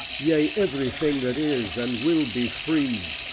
yea, everything that is and will be free!